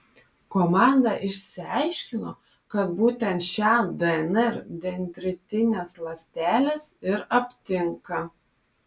komanda išsiaiškino kad būtent šią dnr dendritinės ląstelės ir aptinka